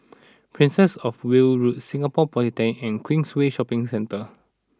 Princess of Wales Road Singapore Polytechnic and Queensway Shopping Centre